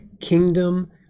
kingdom